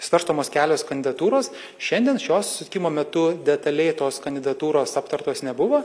svarstomos kelios kandidatūros šiandien šio susitikimo metu detaliai tos kandidatūros aptartos nebuvo